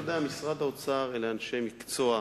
אתה יודע, משרד האוצר, אלה אנשי מקצוע.